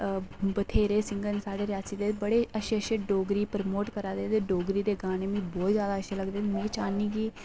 बथ्हेरे सिंगर न साढ़े रियासी दे बड़े अच्छे अच्छे डोगरी प्रोमोट करा दे ते डोगरी दे गाने मिं बहुत जादा अच्छे लगदे में चाह्न्नीं कि